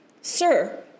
Sir